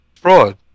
Fraud